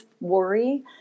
worry